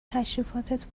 تشریفاتت